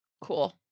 Cool